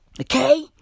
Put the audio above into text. Okay